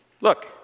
Look